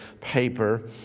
paper